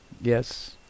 yes